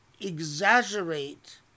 exaggerate